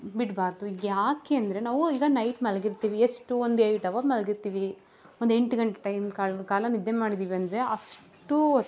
ಬಿಡಬಾರ್ದು ಏಕೆ ಅಂದರೆ ನಾವು ಈಗ ನೈಟ್ ಮಲಗಿರ್ತೀವಿ ಎಷ್ಟು ಒಂದು ಏಯ್ಟ್ ಅವರ್ ಮಲಗಿರ್ತೀವಿ ಒಂದು ಎಂಟು ಗಂಟೆ ಟೈಮ್ ಕಾಳ ಕಾಲ ನಿದ್ದೆ ಮಾಡಿದ್ದೀವಿ ಅಂದರೆ ಅಷ್ಟು ಹೊತ್ತು